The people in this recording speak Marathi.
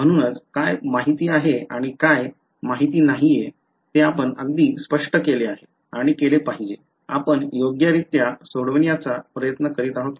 म्हणूनच काय ज्ञात आहे आणि काय अज्ञात ते आपण अगदी स्पष्ट केले पाहिजे आपण योग्यरित्या सोडवण्याचा प्रयत्न करीत आहोत का